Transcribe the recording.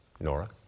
Nora